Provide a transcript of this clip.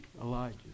elijah